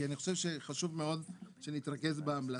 כי אני חושב שחשוב מאוד שנתרכז בהמלצות.